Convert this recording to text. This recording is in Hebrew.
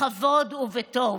בכבוד ובטוב.